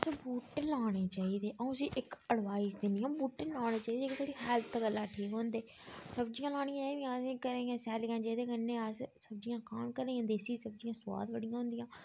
असें बूह्टे लाने चाहिदे आ'ऊं तुसें इक अडबाईस दिन्नी आं बूह्टे लाने चाहिदे एह् साढ़ी हैल्थ गल्लै ठीक होंदे सब्जियां लानियां चाहिदियां इक्कै नेहियां सैलियां जेह्दे कन्नै अस सब्जियां खान घरै दियां देसी सब्जियां सोआद बड़ियां होंदियां